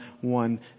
one